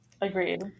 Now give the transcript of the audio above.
Agreed